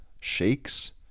shakes